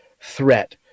threat